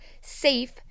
safe